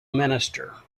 minister